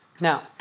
Now